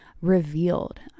revealed